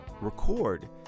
record